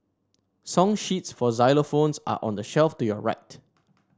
song sheets for xylophones are on the shelf to your right